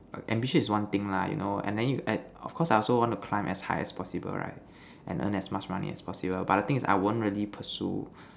a ambitious is one thing lah you know and then you of course I want to climb as high as possible right and earn as much money as possible but the thing is I won't really pursue